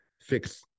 fix